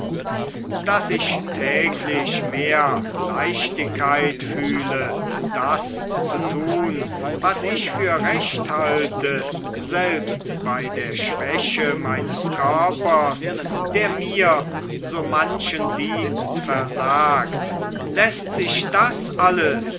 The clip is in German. daß ich täglich mehr leichtigkeit fühle das zu tun was ich für recht halte selbst bei der schwäche meines körpers der mir so manchen dienst versagt läßt sich das alles